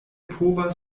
povas